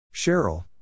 Cheryl